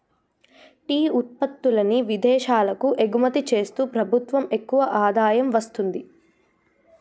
tea ఉత్పత్తుల్ని విదేశాలకు ఎగుమతి చేస్తూ ప్రభుత్వం ఎక్కువ ఆదాయం వస్తుంది